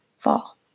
Fall